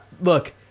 Look